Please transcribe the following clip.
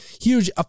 huge